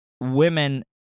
women